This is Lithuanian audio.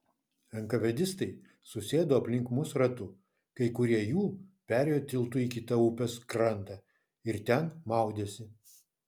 enkavedistai susėdo aplink mus ratu kai kurie jų perėjo tiltu į kitą upės krantą ir ten maudėsi